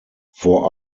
vor